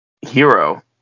hero